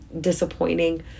disappointing